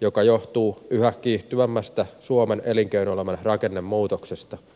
mikä johtuu yhä kiihtyvämmästä suomen elinkeinoelämän rakennemuutoksesta